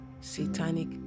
satanic